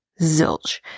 zilch